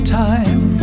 time